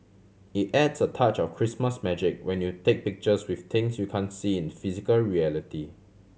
it adds a touch of Christmas magic when you take pictures with things you can see in physical reality